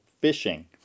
fishing